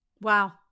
Wow